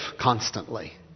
constantly